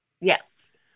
Yes